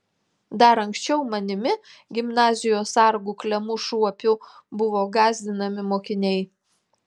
dar anksčiau manimi gimnazijos sargu klemu šuopiu buvo gąsdinami mokiniai